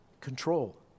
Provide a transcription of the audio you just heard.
control